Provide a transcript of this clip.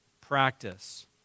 practice